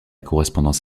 correspondance